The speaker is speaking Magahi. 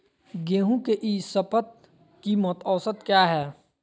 गेंहू के ई शपथ कीमत औसत क्या है?